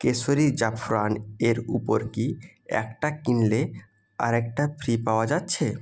কেশরি জাফরান এর উপর কি একটা কিনলে আর একটা ফ্রি ওয়া যাচ্ছে